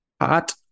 hot